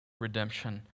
redemption